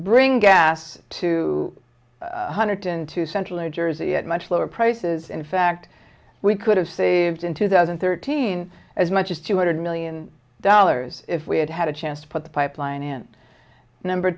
bring gas two hundred ten to central new jersey at much lower prices in fact we could have saved in two thousand and thirteen as much as two hundred million dollars if we had had a chance to put the pipeline in number